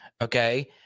okay